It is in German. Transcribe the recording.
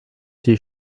die